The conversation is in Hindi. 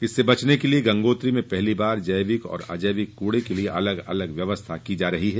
इससे बचने के लिए गंगोत्री में पहली बार जैविक अजैविक कूड़े के लिए अलग अलग व्यवस्था की जा रही है